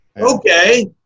Okay